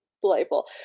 delightful